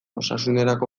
osasunerako